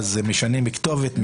משנים כתובת,